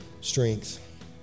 strength